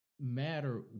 matter